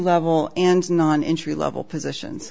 level and non entry level positions